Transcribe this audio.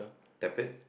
tablet